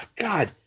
god